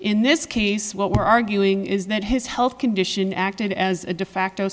in this case what we're arguing is that his health condition acted as a de facto